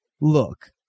look